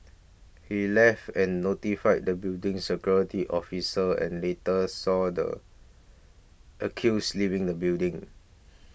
he left and notified the building's security officer and later saw the accused leaving the building